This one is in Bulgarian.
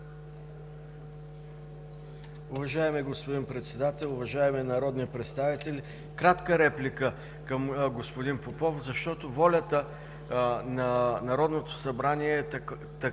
Уважаеми господин Председател, уважаеми народни представители! Имам кратка реплика към господин Попов, тъй като волята на Народното събрание е била